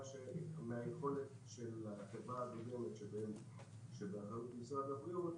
מהיכולת של החברה הדוגמת שבאחריות משרד הבריאות